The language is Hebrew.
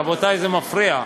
רבותי, זה מפריע.